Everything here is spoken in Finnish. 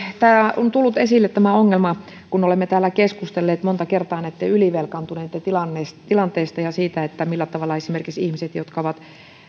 täällä on tullut esille tämä ongelma kun olemme täällä keskustelleet monta kertaa näitten ylivelkaantuneitten tilanteesta tilanteesta ja siitä millä tavalla esimerkiksi ihmisten jotka ovat